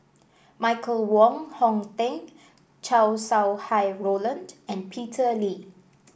Michael Wong Hong Teng Chow Sau Hai Roland and Peter Lee